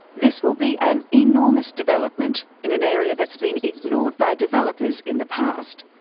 this will be an enormous development in an area that's been ignored by developers in the past.